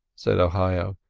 said ohio,